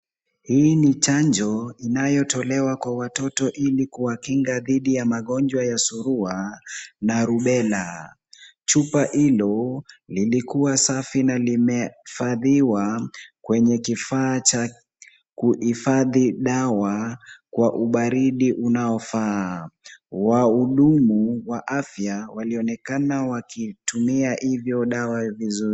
Hii ni chanjo inayotolewa kwa watoto ilikuwakinga dhidi ya magonjwa ya surua na rubela. Chupa hiyo ilikuwa safi na imehifadhiwa kwenye kifaa cha kuhifadhi dawa kwa ubaridi unaofaa. Wahudumu wa afya walionekana wakitumia hizo dawa vizuri.